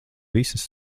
visas